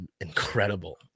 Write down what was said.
incredible